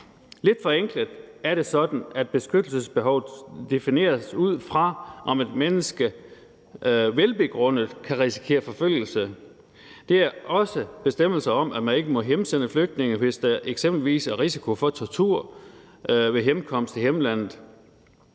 Lidt forenklet er det sådan, at beskyttelsesbehovet defineres ud fra, om et menneske velbegrundet kan risikere forfølgelse. Der er også bestemmelser om, at man ikke må hjemsende flygtninge, hvis der eksempelvis er risiko for tortur ved hjemkomsten til hjemlandet.